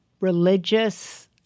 religious